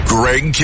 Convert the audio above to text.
Greg